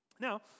Now